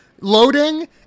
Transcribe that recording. loading